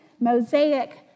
Mosaic